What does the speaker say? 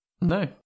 No